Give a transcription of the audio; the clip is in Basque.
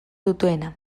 dutena